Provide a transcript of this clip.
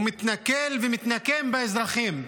הוא מתנכל לאזרחים ומתנקם בהם.